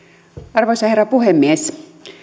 arvoisa herra puhemies